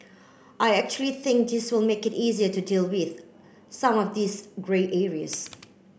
I actually think this will make it easier to deal with some of these grey areas